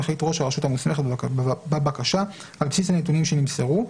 יחליט ראש הרשות המוסמכת בבקשה על בסיס הנתונים שנמסרו.